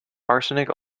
arsenic